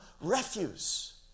refuse